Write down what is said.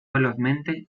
velozmente